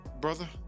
brother